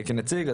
כנציג.